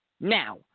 Now